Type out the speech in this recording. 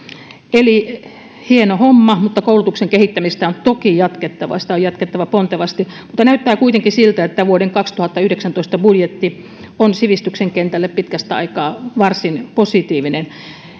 eli hieno homma mutta koulutuksen kehittämistä on toki jatkettava sitä on jatkettava pontevasti mutta näyttää kuitenkin siltä että vuoden kaksituhattayhdeksäntoista budjetti on sivistyksen kentälle pitkästä aikaa varsin positiivinen